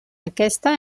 aquesta